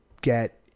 get